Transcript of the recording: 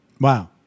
Wow